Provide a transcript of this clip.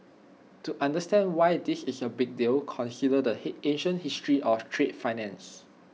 to understand why this is A big deal consider the heat ancient history of trade finance